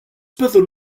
byddwn